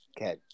Okay